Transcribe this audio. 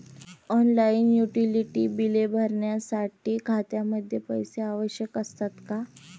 Online utility बिले भरण्यासाठी खात्यामध्ये पैसे आवश्यक असतात का?